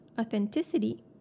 authenticity